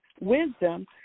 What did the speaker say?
wisdom